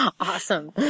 awesome